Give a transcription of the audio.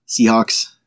Seahawks